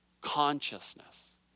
Consciousness